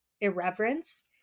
irreverence